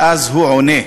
ואז הוא עונה: